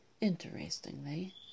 Interestingly